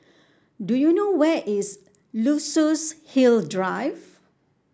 do you know where is Luxus Hill Drive